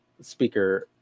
speaker